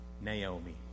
Naomi